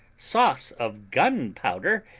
sauce of gunpowder,